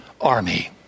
army